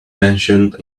mentioned